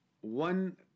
one